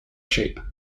shape